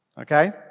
Okay